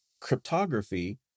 cryptography